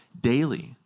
Daily